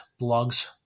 blogs